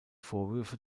vorwürfe